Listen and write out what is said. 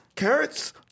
carrots